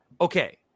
Okay